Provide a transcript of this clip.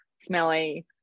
smelly